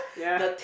yeah